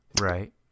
Right